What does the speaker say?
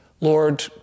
Lord